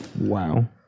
Wow